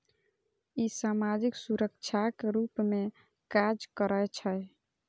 ई सामाजिक सुरक्षाक रूप मे काज करै छै